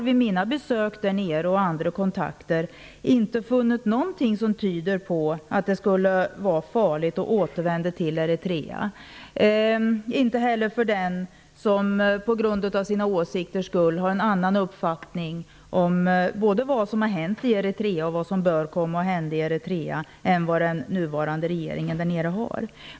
Vid mina besök där nere och vid andra kontakter har jag inte funnit någonting som tyder på att det skulle vara farligt att återvända till Eritrea, inte heller för den som har en annan uppfattning än den nuvarande regeringen där nere av vad som har hänt i Eritrea och vad som bör hända där.